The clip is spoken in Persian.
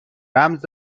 رمز